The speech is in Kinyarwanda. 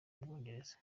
bwongereza